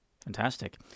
Fantastic